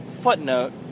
Footnote